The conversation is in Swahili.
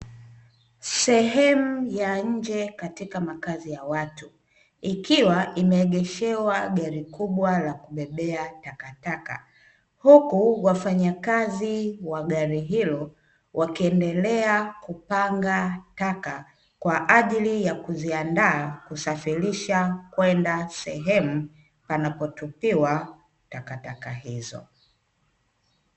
Sehemu ya nje katika makazi ya watu ikiwa imeegeshewa gari kubwa la kubebea takataka; huku wafanyakazi wa gari hilo wakiendelea kupanga taka kwaajili ya kuziandaa kusafirisha kwende sehemu panapotupiwa takataka hizo.